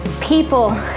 people